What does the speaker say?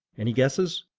any guesses?